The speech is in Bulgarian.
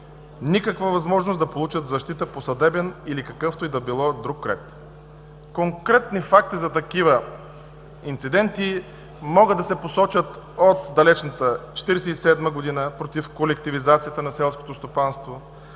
никаква възможност да получат защита по съдебен или какъвто и да било друг ред. Конкретни факти за такива инциденти могат да се посочат от далечната 1947 година – против колективизацията на селското стопанство,